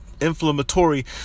inflammatory